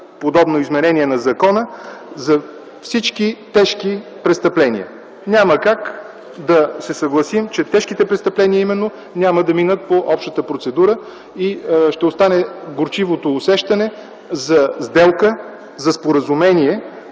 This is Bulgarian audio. за всички тежки престъпления. Няма как да се съгласим, че именно тежките престъпления няма да минат по общата процедура и ще остане горчивото усещане за сделка, за споразумение,